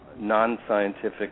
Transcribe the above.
non-scientific